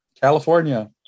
california